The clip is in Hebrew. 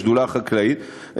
השדולה החקלאית,